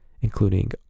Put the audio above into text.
including